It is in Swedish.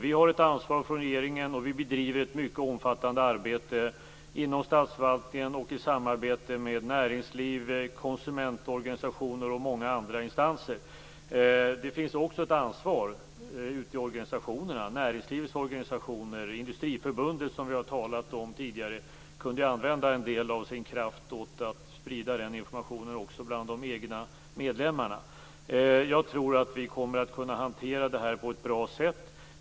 Vi har ett ansvar från regeringen, och vi bedriver ett mycket omfattande arbete inom statsförvaltningen och i samarbete med näringsliv, konsumentorganisationer och många andra instanser. Det finns också ett ansvar ute i näringslivets organisationer. Industriförbundet, som vi tidigare har talat om, kunde använda en del av sin kraft åt att sprida sådan här information också bland de egna medlemmarna. Jag tror att vi kommer att kunna hantera det här på ett bra sätt.